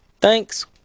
Thanks